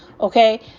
Okay